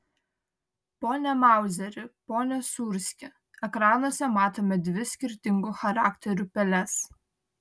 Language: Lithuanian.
pone mauzeri pone sūrski ekranuose matome dvi skirtingų charakterių peles